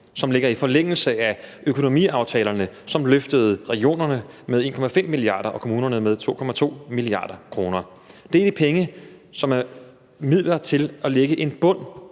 som ligger i forlængelse af økonomiaftalerne, som løftede regionerne med 1,5 mia. kr. og kommunerne med 2,2 mia. kr. Det er midler, som skal lægge en bund